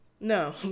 No